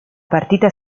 partita